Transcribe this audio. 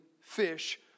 fish